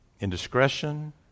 indiscretion